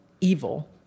evil